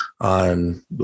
on